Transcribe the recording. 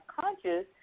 conscious